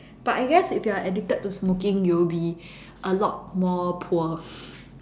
but I guess if you're addicted to smoking you'll be a lot more poor